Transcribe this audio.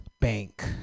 Bank